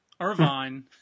Irvine